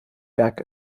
werk